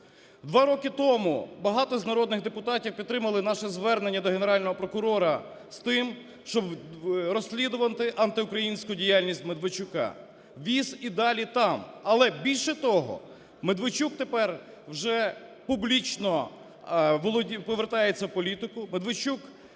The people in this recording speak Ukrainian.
Два роки тому багато хто з народних депутатів підтримали наше звернення до Генерального прокурора з тим, щоб розслідувати антиукраїнську діяльність Медведчука, віз і далі там. Але більше того, Медведчук тепер вже публічно повертається в політику.